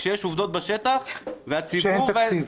כשיש עובדות בשטח -- כשאין תקציב.